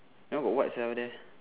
that one got what sia over there